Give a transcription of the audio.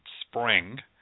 spring